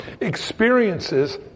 experiences